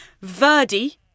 Verdi